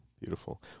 Beautiful